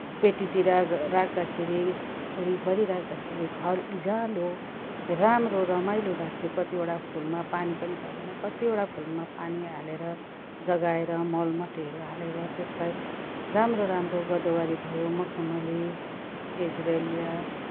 पेटीतिर राख्दाखेरि घर वरिपरि राख्दाखेरि घर उज्यालो राम्रो रमाइलो लाग्थ्यो कतिवटा फुलमा पानी पनि पर्दैन कतिवटा फुलमा पानी हालेर जगाएर मल मट्टीहरू हलेर त्यसलाई राम्रो राम्रो गोदावरी भयो मखमली एजेलिया